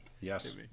Yes